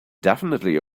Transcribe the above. definitely